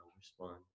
respond